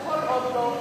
ובינתיים זה לא חוקי.